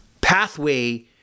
pathway